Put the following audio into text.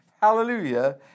hallelujah